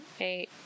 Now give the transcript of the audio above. Eight